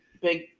big